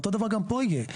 אותו דבר גם פה יהיה.